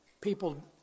people